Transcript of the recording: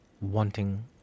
wanting